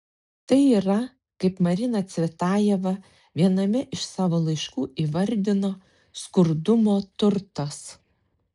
tai yra kaip marina cvetajeva viename iš savo laiškų įvardino skurdumo turtas